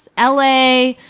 LA